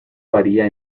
varía